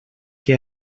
que